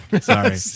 Sorry